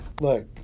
Look